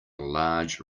large